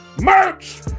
merch